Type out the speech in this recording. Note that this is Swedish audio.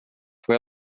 får